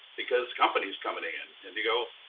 because company is coming in. and you go,